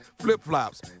flip-flops